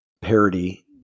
parody